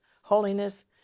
holiness